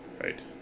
Right